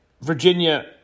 Virginia